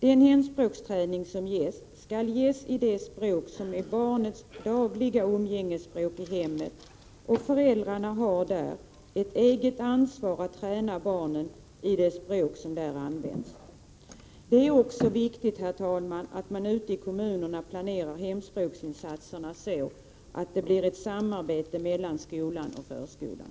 Den hemspråksträning som ges skall ges i det språk som är barnets dagliga umgängesspråk i hemmet, och föräldrarna har där ett eget ansvar för att träna barnet i det språk som där används. Det är också viktigt, herr talman, att man ute i kommunerna planerar hemspråksinsatserna, så att det blir ett samarbete mellan skolan och förskolan.